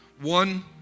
one